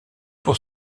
pour